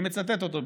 אני מצטט אותו,